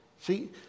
See